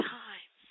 time